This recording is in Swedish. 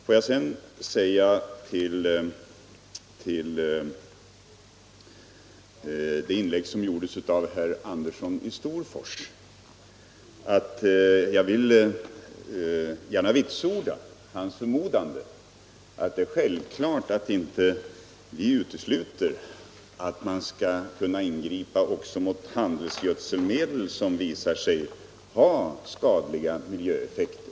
Får jag sedan säga om det inlägg som gjordes av herr Andersson i Storfors, att jag gärna vill vitsorda hans förmodande att man också skall kunna ingripa mot handelsgödselmedel som visar sig ha skadliga miljöeffekter.